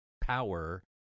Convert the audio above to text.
power